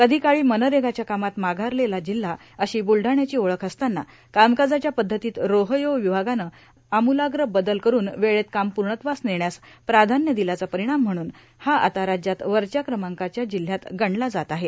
कधीकाळी मनरेगाच्या कामात माघारलेला जिल्हा अशी बुलडाण्याची ओळख असताना कामकाजाच्या पद्धतीत रोहयो र्वभागानं अम्लाग्र बदल करून वेळेत कामं पूणत्वास नेण्यास प्राधान्य र्दिल्याचा र्पारणाम म्हणून हा आता राज्यात वरच्या क्रमांकाच्या जिल्ह्यात गणला जात आहे